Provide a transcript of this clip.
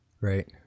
Right